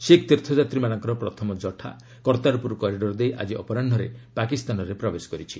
ଶିଖ୍ ତୀର୍ଥଯାତ୍ରୀମାନଙ୍କର ପ୍ରଥମ ଜଠା କର୍ତ୍ତାରପୁର କରିଡ଼ର ଦେଇ ଆଜି ଅପରାହ୍ନରେ ପାକିସ୍ତାନରେ ପ୍ରବେଶ କରିଛି